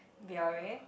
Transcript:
Biore